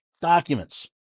documents